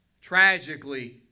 Tragically